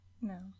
No